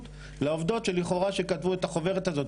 לעובדות שלכאורה שכתבו את החוברת הזאת.